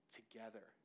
together